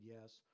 yes